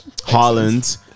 Harland